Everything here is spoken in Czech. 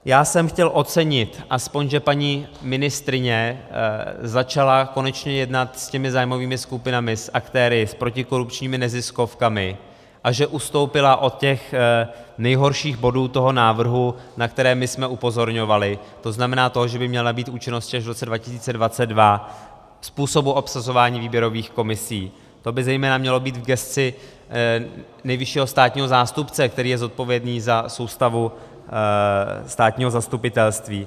Já jsem chtěl ocenit, aspoň že paní ministryně začala konečně jednat s těmi zájmovými skupinami, s aktéry, protikorupčními neziskovkami, a že ustoupila od těch nejhorších bodů návrhu, na které my jsme upozorňovali, tzn. to, že by měl nabýt účinnosti až v roce 2022, způsobu obsazování výběrových komisí, to by zejména mělo být v gesci nejvyššího státního zástupce, který je zodpovědný za soustavu státního zastupitelství.